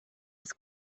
his